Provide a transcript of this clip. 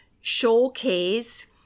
showcase